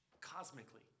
cosmically